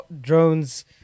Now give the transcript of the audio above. drones